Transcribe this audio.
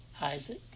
Isaac